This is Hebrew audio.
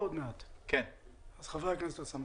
ח"כ אוסאמה